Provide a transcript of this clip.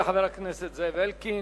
תודה לחבר הכנסת זאב אלקין.